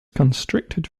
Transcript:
constricted